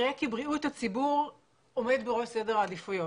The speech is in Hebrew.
נראה כי בריאות הציבור עומד בראש סדר העדיפויות.